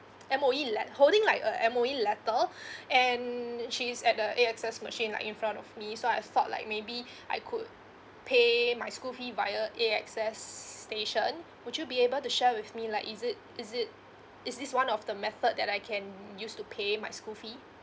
M_O_E like holding like a M_O_E letter and she's at the A_X_S machine like in front of me so I thought like maybe I could pay my school fee via A_X_S station would you be able to share with me like is it is it is this one of the method that I can use to pay my school fee